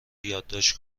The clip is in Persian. یادداشت